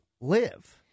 live